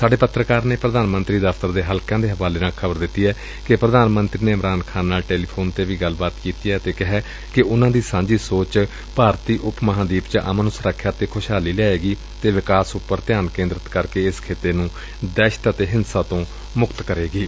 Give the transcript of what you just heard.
ਸਾਡੇ ਪੱਤਰਕਾਰ ਨੇ ਪ੍ਰਧਾਨ ਮੰਤਰੀ ਦਫ਼ਤਰ ਦੇ ਹਲਕਿਆਂ ਦੇ ਹਵਾਲੇ ਨਾਲ ਖ਼ਬਰ ਦਿੱਤੀ ਏ ਕਿ ਪ੍ਰਧਾਨ ਮੰਤਰੀ ਨੇ ਇਮਰਾਨ ਖ਼ਾਨ ਨਾਲ ਟੈਲੀਫੋਨ ਤੇ ਵੀ ਗੱਲਬਾਤ ਕੀਤੀ ਏ ਅਤੇ ਕਿਹੈ ਕਿ ਉਨ੍ਹਾਂ ਦੀ ਸਾਂਝੀ ਸੋਚ ਭਾਰਤੀ ਉਪ ਮਹਾਂਦੀਪ ਵਿਚ ਅਮਨ ਸੁਰੱਖਿਆ ਅਤੇ ਖੁਸ਼ਹਾਲੀ ਲਿਆਏਗੀ ਅਤੇ ਵਿਕਾਸ ਉਪਰ ਧਿਆਨ ਕੇਂ ਦਰਤ ਕਰਕੇ ਇਸ ਖ਼ਿਤੇ ਨੁੰ ਦਹਿਸ਼ਤ ਅਤੇ ਹਿੰਸਾ ਤੋਂ ਮੁਕਤ ਕਰੇਗੀ